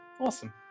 Awesome